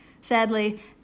sadly